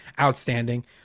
outstanding